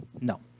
No